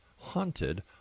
haunted